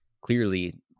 clearly